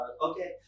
Okay